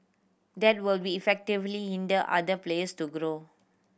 that will be effectively hinder other place to grow